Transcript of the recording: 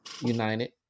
United